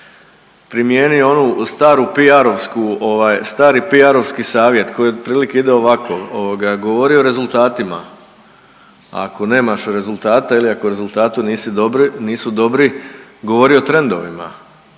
PR-ovsku stari PR-ovski savjet koji otprilike ide ovako ovoga govori o rezultatima, ako nemaš rezultata ili ako rezultati nisu dobri govori o trendovima,